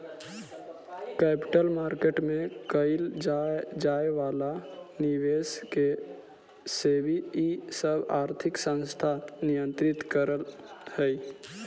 capital market में कैइल जाए वाला निवेश के सेबी इ सब आर्थिक संस्थान नियंत्रित करऽ हई